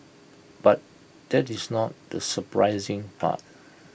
but that is not the surprising part